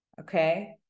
Okay